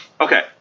Okay